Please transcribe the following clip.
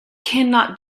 cannot